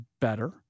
better